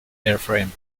airframe